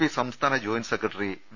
P സംസ്ഥാന joint secretary V